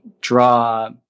draw